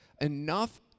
enough